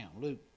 Luke